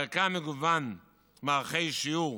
בערכה מגוון מערכי שיעור,